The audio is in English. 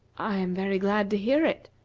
i am very glad to hear it,